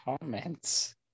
Comments